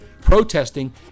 protesting